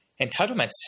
Entitlements